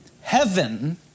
heaven